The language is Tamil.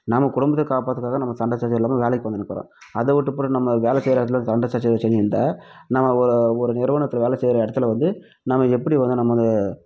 நம்ம குடும்பத்தை காப்பாத்துகிறது தான் நம்ம சண்டை சச்சரவு இல்லாமல் வேலைக்கு வந்துன்னுக்கிறோம் அதை விட்டுப்போட்டு நம்ம வேலை செய்கிற இடத்துல சண்டை சச்சரவு செஞ்சின்னு இருந்தால் நம்ம ஒரு ஒரு நிறுவனத்தில் வேலை செய்கிற இடத்துல வந்து நம்ம எப்படி வந்து நம்மளை